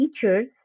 teachers